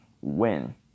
win